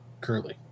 Curly